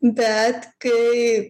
bet kai